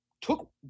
took